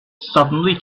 suddenly